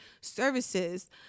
services